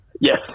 Yes